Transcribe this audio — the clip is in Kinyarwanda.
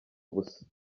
ubusa